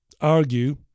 argue